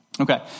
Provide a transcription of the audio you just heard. Okay